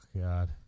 God